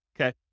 okay